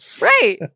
Right